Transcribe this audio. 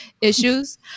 issues